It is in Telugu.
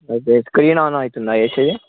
ఓకే స్క్రీన్ ఆన్ అవుతుందా ఏసి